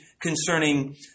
concerning